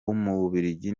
w’umubiligi